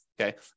okay